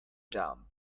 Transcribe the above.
dumb